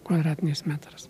kvadratinis metras